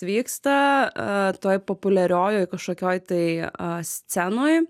vyksta a toj populiariojoj kažkokioj tai a scenoj